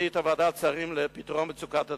מינית ועדת שרים לפתרון מצוקת הדיור.